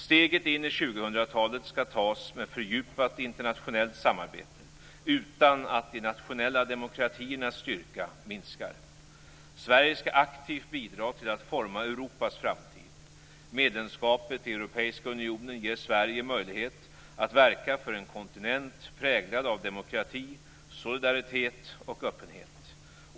Steget in i 2000-talet skall tas med fördjupat internationellt samarbete utan att de nationella demokratiernas styrka minskar. Sverige skall aktivt bidra till att forma Europas framtid. Medlemskapet i Europeiska unionen ger Sverige möjlighet att verka för en kontinent präglad av demokrati, solidaritet och öppenhet.